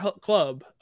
Club